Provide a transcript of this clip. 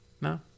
No